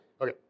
Okay